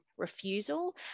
refusal